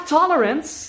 tolerance